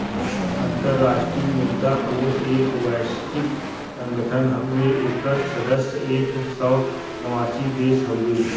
अंतराष्ट्रीय मुद्रा कोष एक वैश्विक संगठन हउवे एकर सदस्य एक सौ नवासी देश हउवे